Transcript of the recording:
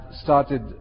started